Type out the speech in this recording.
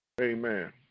Amen